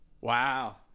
Wow